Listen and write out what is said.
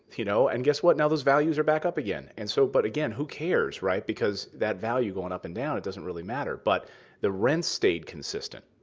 you know? and guess what? now those values are back up again. and so but again, who cares, right? because that value going up and down, it doesn't really matter. but the rents stayed consistent.